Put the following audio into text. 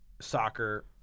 soccer